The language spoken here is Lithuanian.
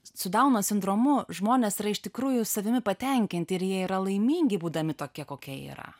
su dauno sindromu žmonės yra iš tikrųjų savimi patenkinti ir jie yra laimingi būdami tokie kokie yra